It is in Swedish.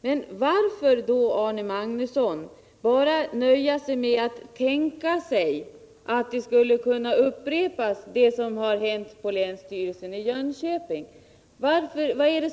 Men varför då, herr Magnusson, bara nöja sig med att tänka sig att det som hänt på länsstyrelsen i Jönköping skulle kunna upprepas?